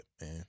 man